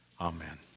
Amen